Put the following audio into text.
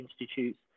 institutes